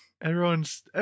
Everyone's